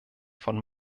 von